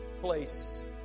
place